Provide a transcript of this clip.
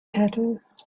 tatters